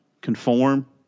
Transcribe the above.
conform